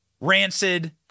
rancid